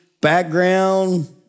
Background